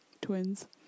twins